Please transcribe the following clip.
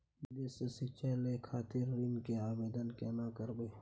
विदेश से शिक्षा लय खातिर ऋण के आवदेन केना करबे?